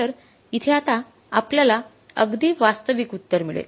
तर इथे आता आपलयाला अगदी वास्तविक उत्तरं मिळेल